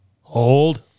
Hold